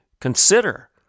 consider